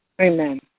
Amen